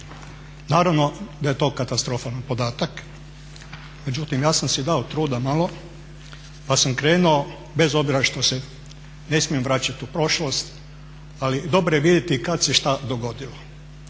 Naravno da je to katastrofalan podatak međutim, ja sam si dao truda malo pa sam krenuo, bez obzira što se ne smijem vraćati u prošlost ali dobro je vidjeti kada se šta dogodilo.